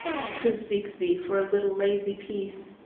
who seeks thee for a little lazy peace,